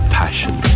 passion